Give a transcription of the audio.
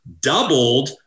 doubled